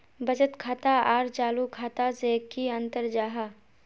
बचत खाता आर चालू खाता से की अंतर जाहा?